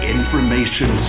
Information